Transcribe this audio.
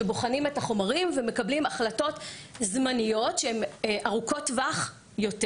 שבוחנים את החומרים ומקבלים החלטות זמניות שהן ארוכות טווח יותר,